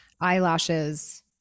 eyelashes